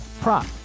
prop